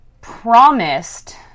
promised